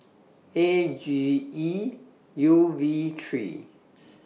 A G E U V three